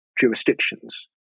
jurisdictions